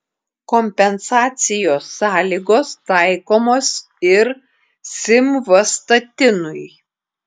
kompensacijos sąlygos taikomos ir simvastatinui